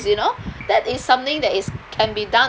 you know that is something that is can be done